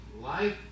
life